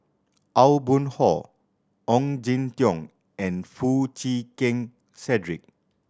Aw Boon Haw Ong Jin Teong and Foo Chee Keng Cedric